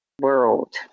world